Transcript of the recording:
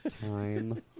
Time